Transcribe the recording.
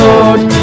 Lord